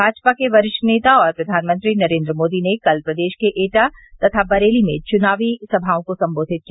भाजपा के वरिष्ठ नेता और प्रधानमंत्री नरेन्द्र मोदी ने कल प्रदेश के एटा तथा बरेली में चुनावी सभाओं को संबोधित किया